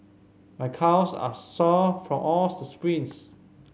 my calves are sore from all the sprints